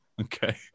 Okay